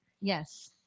Yes